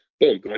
Boom